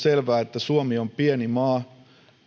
selvää että suomi on pieni maa